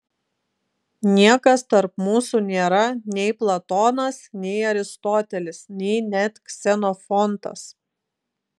niekas tarp mūsų nėra nei platonas nei aristotelis nei net ksenofontas